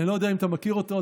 אני לא יודע אם אתה מכיר אותו,